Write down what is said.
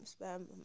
spam